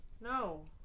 No